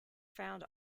found